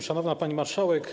Szanowna Pani Marszałek!